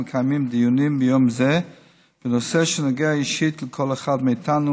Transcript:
מקיימת דיונים ביום זה בנושא שנוגע אישית לכל אחד מאיתנו,